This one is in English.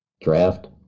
draft